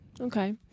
Okay